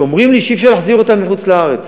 כשאומרים לי שאי-אפשר להחזיר אותם לחוץ-לארץ,